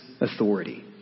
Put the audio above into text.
authority